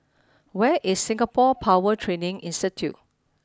where is Singapore Power Training Institute